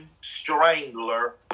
strangler